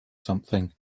something